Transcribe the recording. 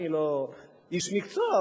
אני לא איש מקצוע,